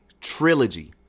Trilogy